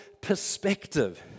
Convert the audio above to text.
perspective